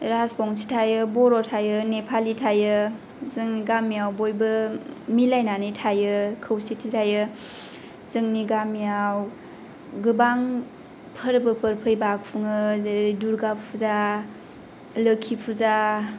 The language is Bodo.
राजबंशि थायो बर' थायो नेपाली थायो जोंनि गामियाव बयबो मिलायनानै थायो खौसेथि थायो जोंनि गामियाव गोबां फोरबोफोर फैब्ला खुङोेेेेे जेरै दुर्गा फुजा लोखि फुजा